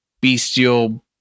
bestial